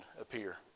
appear